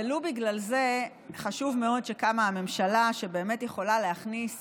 ולו בגלל זה חשוב מאוד שקמה הממשלה שבאמת יכולה להכניס